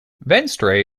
venstre